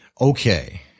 Okay